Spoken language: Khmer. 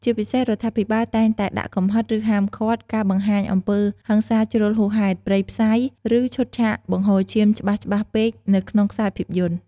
ជាពិសេស រដ្ឋាភិបាលតែងតែដាក់កម្រិត ឬហាមឃាត់ការបង្ហាញអំពើហិង្សាជ្រុលហួសហេតុ ព្រៃផ្សៃ ឬឈុតឆាកបង្ហូរឈាមច្បាស់ៗពេកនៅក្នុងខ្សែភាពយន្ត។